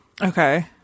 okay